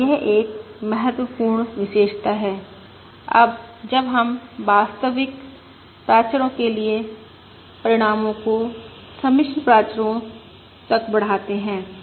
और यह एक महत्वपूर्ण विशेषता है जब हम वास्तविक प्राचरो के लिए परिणामों को सम्मिश्र प्राचरो तक बढ़ाते हैं